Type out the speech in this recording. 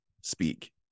speak